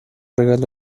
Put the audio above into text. regalo